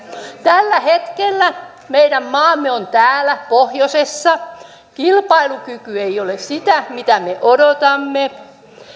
tällä hetkellä meidän maamme on täällä pohjoisessa kilpailukyky ei ole sitä mitä me odotamme